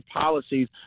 policies